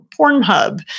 Pornhub